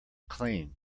clean